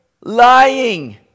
lying